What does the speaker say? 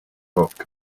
rauque